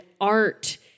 art